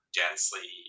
densely